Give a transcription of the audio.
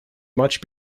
much